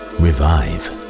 revive